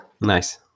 Nice